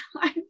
time